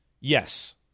Yes